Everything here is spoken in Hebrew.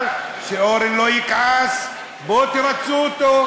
אבל שאורן לא יכעס, בואו תרצו אותו.